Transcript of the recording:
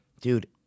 Dude